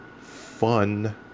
fun